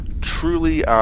truly